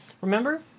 Remember